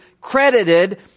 credited